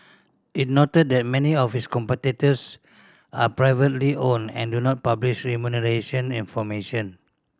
it noted that many of its competitors are privately owned and do not publish remuneration information